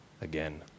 again